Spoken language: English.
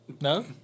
No